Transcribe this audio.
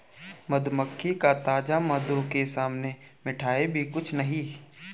मधुमक्खी का ताजा मधु के सामने मिठाई भी कुछ नहीं